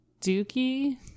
Dookie